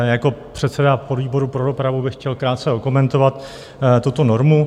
Jako předseda podvýboru pro dopravu bych chtěl krátce okomentovat tuto normu.